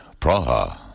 Praha